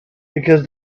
because